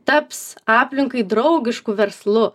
taps aplinkai draugišku verslu